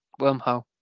wormhole